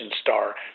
star